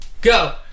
Go